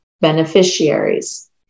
beneficiaries